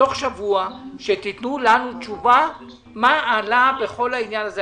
שבתוך שבוע תתנו לנו תשובה מה עלה בכל העניין הזה.